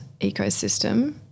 ecosystem –